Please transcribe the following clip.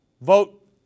vote